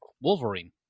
Wolverine